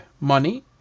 money